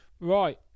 Right